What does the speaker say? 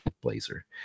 blazer